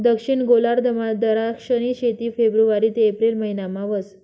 दक्षिण गोलार्धमा दराक्षनी शेती फेब्रुवारी ते एप्रिल महिनामा व्हस